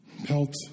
Pelt